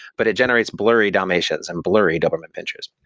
but it generates blurry dalmatians and blurry doberman pinschers